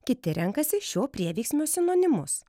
kiti renkasi šio prieveiksmio sinonimus